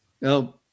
Now